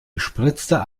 gespritzter